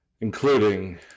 including